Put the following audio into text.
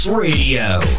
Radio